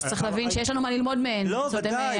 לא בוודאי,